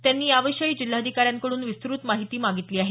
त्यांनी याविषयी जिल्हाधिकाऱ्यांकडून विस्तृत माहिती मागितली आहे